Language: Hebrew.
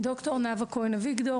ד"ר נאוה כהן-אביגדור,